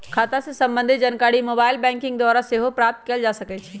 खता से संबंधित जानकारी मोबाइल बैंकिंग द्वारा सेहो प्राप्त कएल जा सकइ छै